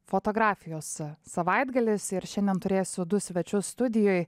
fotografijos savaitgalis ir šiandien turėsiu du svečius studijoj